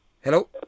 Hello